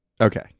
Okay